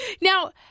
now